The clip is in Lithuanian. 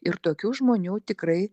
ir tokių žmonių tikrai